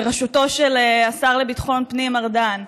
בראשותו של השר לביטחון פנים ארדן.